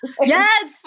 Yes